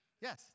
Yes